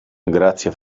grazie